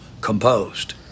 composed